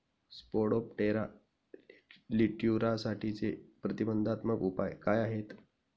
Spodoptera लिट्युरासाठीचे प्रतिबंधात्मक उपाय काय आहेत?